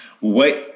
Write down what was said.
Wait